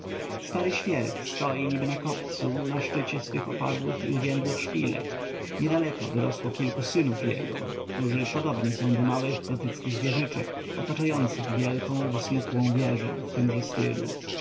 stary świerk stoi niby na kopcu na stosie swych opadłych i uwiędłych szpilek niedaleko wyrosło kilku synów jego którzy podobni są do małych gotyckich wieżyczek otaczających wielką wysmukłą wieżę w tymże stylu